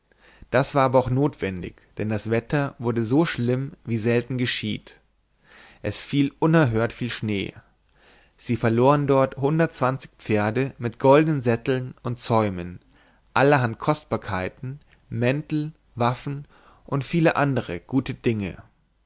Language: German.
das war aber auch notwendig denn das wetter wurde so schlimm wie selten geschieht es fiel unerhört viel schnee sie verloren dort pferde mit goldenen sätteln und zäumen allerhand kostbarkeiten mäntel waffen und viele andere gute dinge